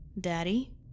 Daddy